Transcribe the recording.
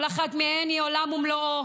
כל אחת מהן היא עולם ומלואו.